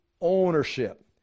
ownership